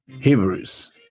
Hebrews